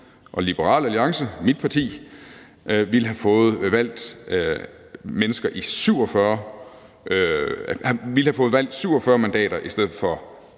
og Liberal Alliance, mit parti, ville have fået valgt folk i 47 kommuner i stedet for